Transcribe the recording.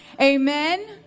amen